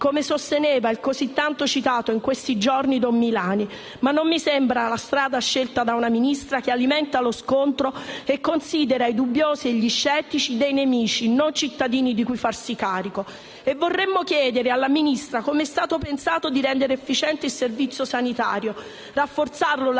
come sosteneva il così tanto citato in questi giorni don Milani. Ma non mi sembra la strada scelta da una Ministra che alimenta lo scontro e considera i dubbiosi e gli scettici nemici, non cittadini di cui farsi carico. Vorremmo chiedere alla Ministra come è stato pensato di rendere efficiente il Servizio sanitario nazionale,